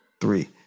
Three